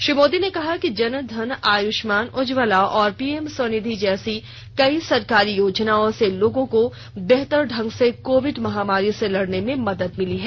श्री मोदी ने कहा कि जन धन आयुष्मान उज्ज्वला और पी एम स्वनिधि जैसी कई सरकारी योजनाओं से लोगों को बेहतर ढंग से कोविड महामारी से लड़ने में मदद मिली है